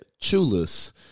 Chula's